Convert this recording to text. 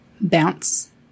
bounce